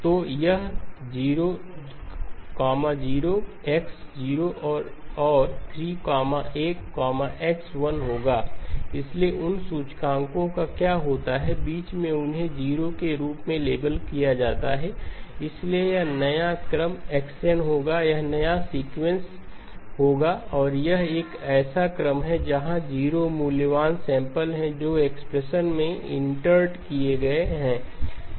तो यह 0 0 x 0 और 31 x 1 होगा इसलिए उन सूचकांकों का क्या होता है बीच में उन्हें 0 के रूप में लेबल किया जाता है इसलिए यह नया क्रम y2n होगा यह नया सीक्वेंस होगा और यह एक ऐसा क्रम है जहां 0 मूल्यवान सैंपल हैं जो एक्सप्रेशन में इंटरड किए गए हैं ठीक है